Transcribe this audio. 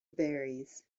varies